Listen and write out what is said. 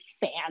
fans